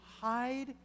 hide